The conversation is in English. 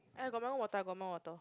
I got more water I got more water